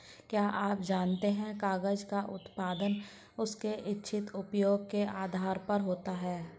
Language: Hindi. क्या आप जानते है कागज़ का उत्पादन उसके इच्छित उपयोग के आधार पर होता है?